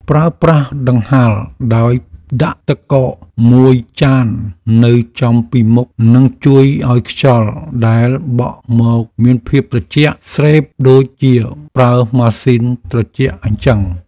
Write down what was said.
ប្រើប្រាស់កង្ហារដោយដាក់ទឹកកកមួយចាននៅពីមុខនឹងជួយឱ្យខ្យល់ដែលបក់មកមានភាពត្រជាក់ស្រេបដូចជាប្រើម៉ាស៊ីនត្រជាក់អញ្ចឹង។